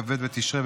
כ"ב בתשרי,